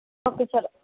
okay sir